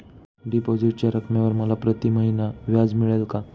डिपॉझिटच्या रकमेवर मला प्रतिमहिना व्याज मिळेल का?